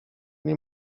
nie